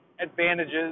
advantages